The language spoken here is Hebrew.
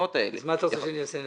אז מה אתה רוצה שאני אעשה?